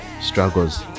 struggles